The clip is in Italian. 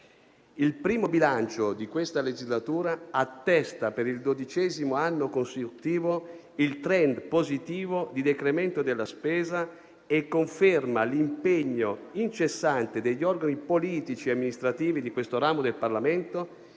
Il primo bilancio di questa legislatura attesta, per il dodicesimo anno consecutivo, il *trend* positivo di decremento della spesa e conferma l'impegno incessante degli organi politici e amministrativi di questo ramo del Parlamento